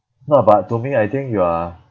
no but to me I think you are